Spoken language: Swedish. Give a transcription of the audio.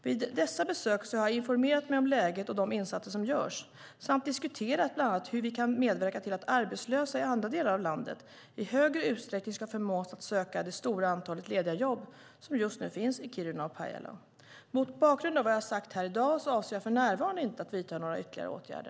Vid dessa besök har jag informerat mig om läget och de insatser som görs samt diskuterat bland annat hur vi kan medverka till att arbetslösa i andra delar av landet i högre utsträckning ska förmås att söka det stora antal lediga jobb som just nu finns i Kiruna och Pajala. Mot bakgrund av vad jag har sagt här i dag avser jag för närvarande inte att vidta några ytterligare åtgärder.